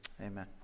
Amen